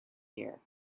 here